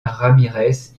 ramírez